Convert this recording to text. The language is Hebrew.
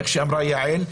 איך שאמרה יעל,